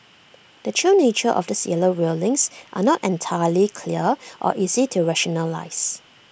the true nature of these yellow railings are not entirely clear or easy to rationalise